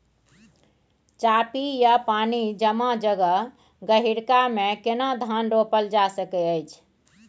चापि या पानी जमा जगह, गहिरका मे केना धान रोपल जा सकै अछि?